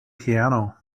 piano